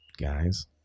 guys